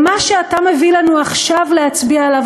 מה שאתה מביא לנו עכשיו להצביע עליו,